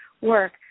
work